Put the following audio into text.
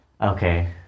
okay